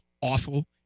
awful